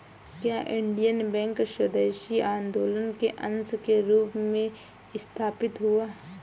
क्या Indian Bank स्वदेशी आंदोलन के अंश के रूप में स्थापित हुआ?